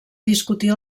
discutir